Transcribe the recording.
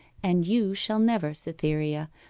and you shall never, cytherea,